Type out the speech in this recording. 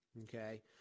okay